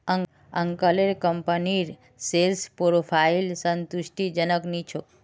अंकलेर कंपनीर sales profile संतुष्टिजनक नी छोक